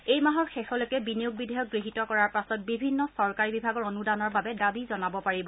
এই মাহৰ শেষলৈ বিনিয়োগ বিধেয়ক গৃহীত কৰাৰ পাছত বিভিন্ন চৰকাৰী বিভাগৰ অনুদানৰ বাবে দাবী জনাব পাৰিব